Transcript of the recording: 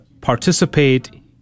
participate